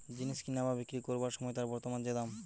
জিনিস কিনা বা বিক্রি কোরবার সময় তার বর্তমান যে দাম